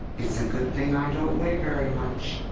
it's a good thing i don't weigh very much.